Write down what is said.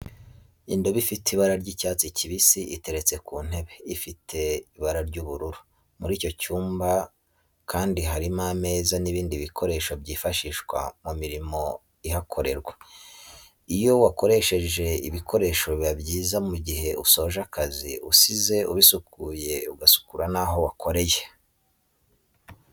Indobo ifite ibara ry'icyats kibisi iteretse ku ntebe ifite ibara ry'ubururu, muri icyo cyumba kandi harimo ameza n'ibindi bikoresho byifashishwa mu mirimo ihakorerwa, iyo wakoresheje ibikoresho biba byiza mu gihe usoje akazi usize ubisukuye ugasukura naho wakoreye.